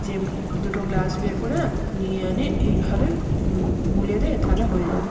যে দুটো গ্লাস বের করে আন নিয়ে এনে এইভাবে গুলে দে তালে হয়ে যাবে